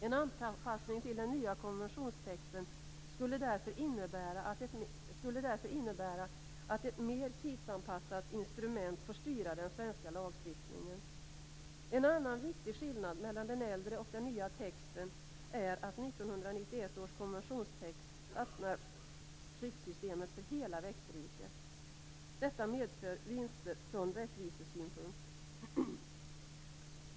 En anpassning till den nya konventionstexten skulle därför innebära att ett mer tidsanpassat instrument får styra den svenska lagstiftningen. En annan viktig skillnad mellan den äldre och den nya texten är att 1991 års konventionstext öppnar skyddssystemet för hela växtriket. Detta medför vinster från rättvisesynpunkt.